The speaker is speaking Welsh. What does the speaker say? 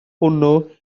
hwnnw